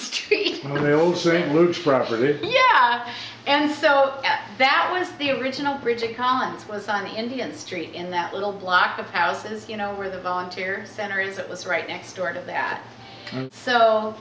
move yeah and so that was the original bridget collins was on the indian street in that little block of houses you know where the volunteer center is it was right next door to that so